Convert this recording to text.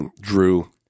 Drew